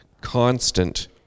constant